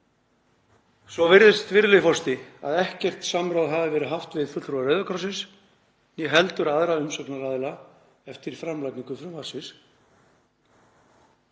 Svo virðist, virðulegur forseti, að ekkert samráð hafi verið haft við fulltrúa Rauða krossins né heldur aðra umsagnaraðila eftir framlagningu frumvarpsins